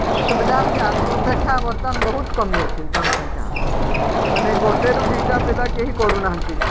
ସୁବିଧା ହେଉଚି ଆଗ ଅପେକ୍ଷା ବର୍ତ୍ତମାନ ବହୁତ କମି ଯାଇଛି ଜନସଂଖ୍ୟା ମାନେ ଗୋଟେରୁ ଦୁଇଟା ପିଲା କେହି କରୁନାହାନ୍ତି